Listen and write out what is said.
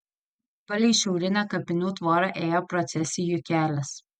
palei šiaurinę kapinių tvorą ėjo procesijų kelias